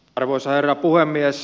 arvoisa herra puhemies